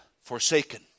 forsaken